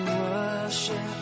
worship